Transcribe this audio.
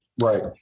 right